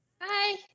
Hi